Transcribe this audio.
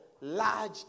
large